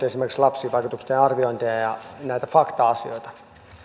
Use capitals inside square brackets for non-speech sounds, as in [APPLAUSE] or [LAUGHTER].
[UNINTELLIGIBLE] esimerkiksi lapsivaikutusten arviointeja ja näitä fakta asioita